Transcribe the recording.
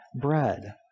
bread—